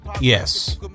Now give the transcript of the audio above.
yes